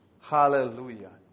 hallelujah